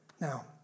Now